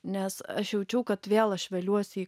nes aš jaučiau kad vėl aš veliuosi į